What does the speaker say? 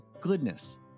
goodness